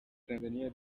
tanzaniya